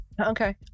Okay